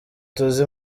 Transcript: tuzi